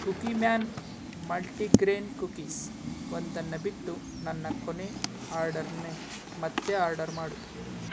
cookie man multi grain cookies ಒಂದನ್ನು ಬಿಟ್ಟು ನನ್ನ ಕೊನೇ ಆರ್ಡರ್ನ್ನೇ ಮತ್ತೆ ಆರ್ಡರ್ ಮಾಡು